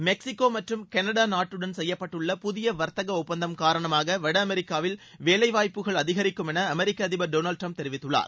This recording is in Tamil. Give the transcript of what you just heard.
மெக்சிகோ மற்றும் கனடா நாட்டுடன் செய்யப்பட்டுள்ள புதிய வாத்தக ஒப்பந்தம் காரணமாக வட அமெிக்காவில் வேலைவாய்ப்புக்கள் அதிகரிக்கும் என அமெிக்க அதிபர் டொனால்டு டரம்ப் தெரிவித்துள்ளார்